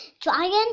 giant